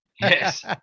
Yes